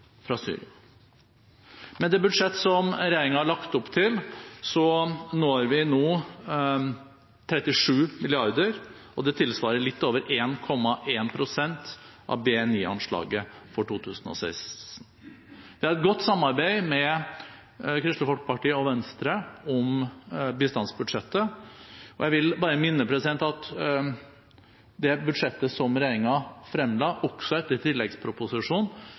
fra Syria. Med det budsjettet som regjeringen har lagt opp til, når vi nå 37 mrd. kr, og det tilsvarer litt over 1,1 pst. av BNI-anslaget for 2016. Vi har et godt samarbeid med Kristelig Folkeparti og Venstre om bistandsbudsjettet, og jeg vil bare minne om at det budsjettet som regjeringen fremla, også etter tilleggsproposisjonen,